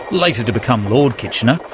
later to become lord kitchener,